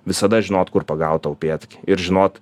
visada žinot kur pagaut tą upėtakį ir žinot